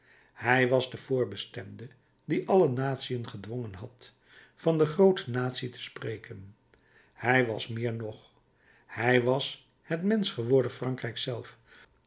hij was de voorbestemde die alle natiën gedwongen had van de groote natie te spreken hij was meer nog hij was het menschgeworden frankrijk zelf